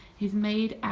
he's made out